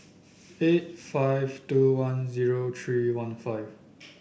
eight five two one zero three one five